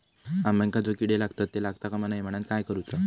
अंब्यांका जो किडे लागतत ते लागता कमा नये म्हनाण काय करूचा?